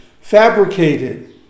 fabricated